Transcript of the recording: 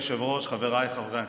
אדוני היושב-ראש, חבריי חברי הכנסת,